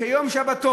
שיש יום שבתון